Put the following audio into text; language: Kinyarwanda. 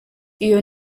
iyo